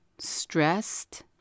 Stressed